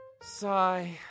Sigh